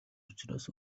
учраас